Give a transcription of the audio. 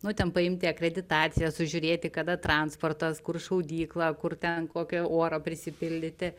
nu ten paimti akreditaciją sužiūrėti kada transportas kur šaudykla kur ten kokio oro prisipildyti